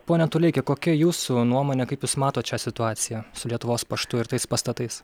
pone toleiki kokia jūsų nuomonė kaip jūs matot šią situaciją su lietuvos paštu ir tais pastatais